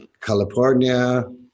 California